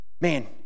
man